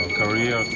career